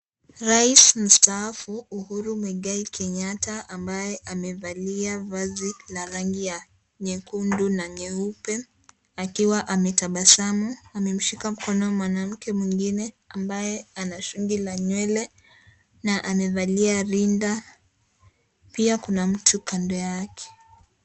Rais mstaafu Uhuru Muigai Kenyatta ambaye amevalia vazi ya rangi nyekundu na nyeupe akiwa ametabasamu ameshika mkono mwanamke mwengine ambaye ana shungi la Nywele na amevalia rinda pia kuna mtu kando yake.